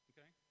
Okay